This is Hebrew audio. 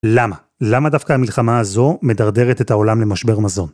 למה? למה דווקא המלחמה הזו מדרדרת את העולם למשבר מזון?